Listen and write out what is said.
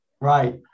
Right